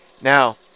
now